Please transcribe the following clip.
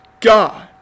God